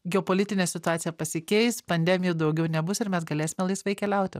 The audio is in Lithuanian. geopolitinė situacija pasikeis pandemijų daugiau nebus ir mes galėsime laisvai keliauti